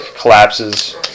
collapses